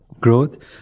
growth